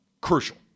crucial